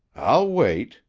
i'll wait,